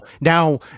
Now